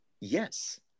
yes